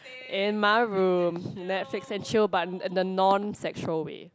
in my room Netflix and chill but the non sexual way